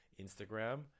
Instagram